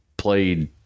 Played